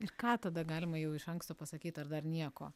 ir ką tada galima jau iš anksto pasakyt ar dar nieko